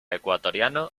ecuatoriano